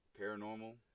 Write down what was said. paranormal